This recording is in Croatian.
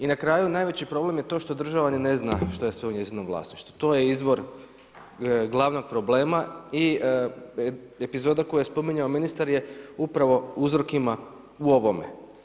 I na kraju, najveći problem je to što država ni ne zna što je sve u njezinom vlasništvu, to je izvor glavnog problema i epizoda koju je spominjao ministar upravo uzrok ima u ovome.